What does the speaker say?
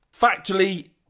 Factually